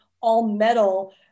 all-metal